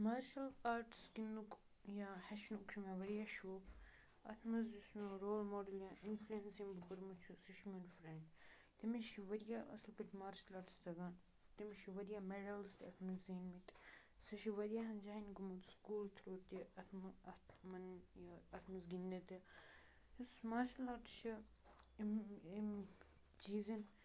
martial arts گِنٛدنُک یا ہیٚچھنُک چھُ مےٚ واریاہ شوق اَتھ منٛز یُس مےٚ رول ماڈَل یا اِنفلٮ۪نٕس ییٚمۍ بہٕ کوٚرمُت چھُ سُہ چھُ میون فرٮ۪نٛڈ تٔمِس چھُ واریاہ اَصٕل پٲٹھۍ مارشَل آٹٕس تَگان تٔمِس چھِ واریاہ مٮ۪ڈَلٕز تہِ اَتھ منٛز زیٖنۍ مٕتۍ سُہ چھِ واریاہَن جایَن گوٚمُت سُکوٗل تھرٛوٗ تہِ اَتھ مہٕ اَتھ مَن یہِ اَتھ منٛز گِنٛدنہِ تہِ یُس مارشَل آٹٕس چھِ أمۍ أمۍ چیٖزَن